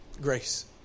Grace